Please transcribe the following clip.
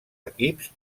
equips